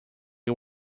are